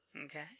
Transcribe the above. Okay